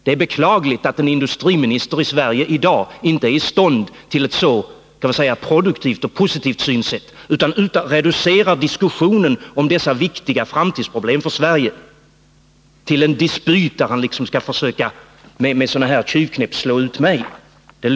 Det är beklagligt att en industriminister i Sverige i dag inte är i stånd till ett så produktivt och positivt synsätt, utan reducerar diskussionen om dessa viktiga framtidsproblem för Sverige till en dispyt där han med tjuvknep försöker att slå ut mig. Det lyckas nu Nr 21 inte.